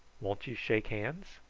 won't you shake hands?